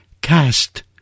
cast